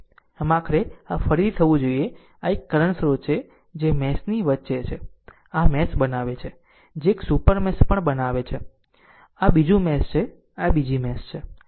આમ આખરે આ ફરીથી થવું જોઈએ આ એક કરંટ સ્ત્રોત છે જે આ મેશ ની વચ્ચે છે અને આ મેશ બનાવે છે જે એક સુપર મેશ પણ બનાવે છે આ બીજું મેશ છે આ બીજું મેશ છે